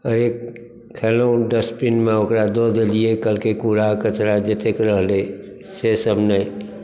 अरे खेलहुॅं डस्टबिनमे ओकरा दऽ देलियै कहलकै कूड़ा कचड़ा जतेक रहलै से सब नहि